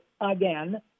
again